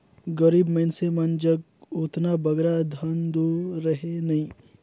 गरीब मइनसे मन जग ओतना बगरा धन दो रहें नई